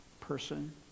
person